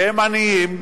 והם עניים,